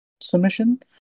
submission